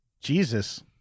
Jesus